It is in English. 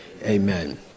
amen